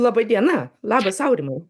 laba diena labas aurimai